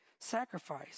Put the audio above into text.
sacrifice